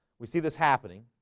we see this happening.